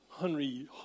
Henry